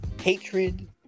hatred